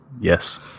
yes